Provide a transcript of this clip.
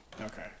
Okay